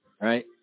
right